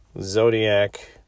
Zodiac